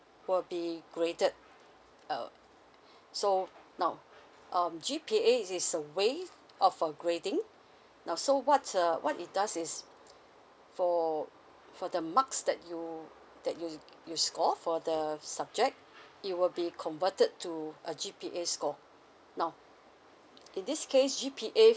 will be graded err so now um G_P_A is a way of a grading now so what err what it does is for for the marks that you that you you score for the subject it will be converted to a G_P_A score now in this case G_P_A